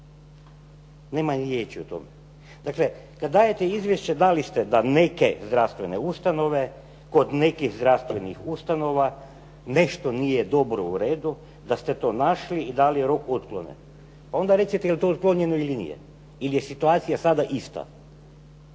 Nema ni riječi o tome. Dakle, kad dajete izvješće dali ste da neke zdravstvene ustanove kod nekih zdravstvenih ustanova nešto nije dobro, u redu da ste to našli i dali rok otklone. Onda recite jel' to otklonjeno ili nije ili je situacija sada ista.